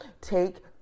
Take